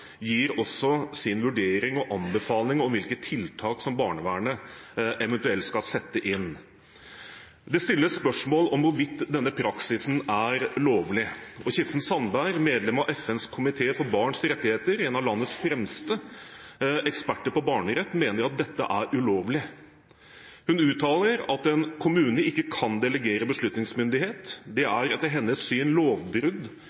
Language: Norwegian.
gir også sin vurdering og anbefaling om hvilke tiltak som barnevernet eventuelt skal sette inn. Det stilles spørsmål om hvorvidt denne praksisen er lovlig. Kirsten Sandberg, medlem av FNs komité for barns rettigheter, en av landets fremste eksperter på barnerett, mener at dette er ulovlig. Hun uttaler at en kommune ikke kan delegere beslutningsmyndighet. Det er etter hennes syn lovbrudd